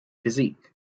physique